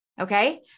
Okay